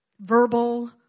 verbal